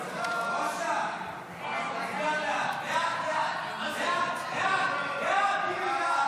חוק להנצחת זכרו של הרב חיים דרוקמן,